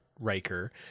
Riker